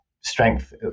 strength